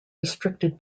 restricted